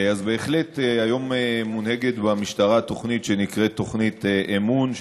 אז בהחלט היום מונהגת במשטרה תוכנית שנקראת תוכנית אמו"ן,